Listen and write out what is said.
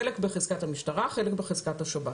חלק בחזקת המשטרה וחלק בחזקת שירות